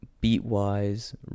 Beat-wise